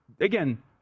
again